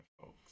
folks